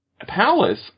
palace